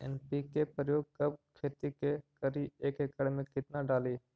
NPK प्रयोग कब खेत मे करि एक एकड़ मे कितना डाली?